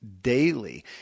daily